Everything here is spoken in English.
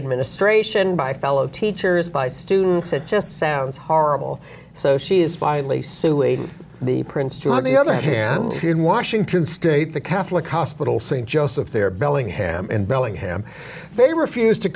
administration by fellow teachers by students it just sounds horrible so she is finally suing the prince to on the other hand in washington state the catholic hospital st joseph there bellingham in bellingham they refuse to